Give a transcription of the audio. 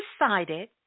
decided